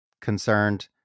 concerned